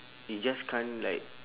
you just can't like